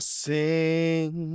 sing